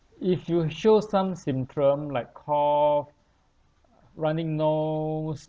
if you show some symptom like cough runny nose